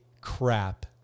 crap